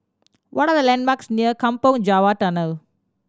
what are the landmarks near Kampong Java Tunnel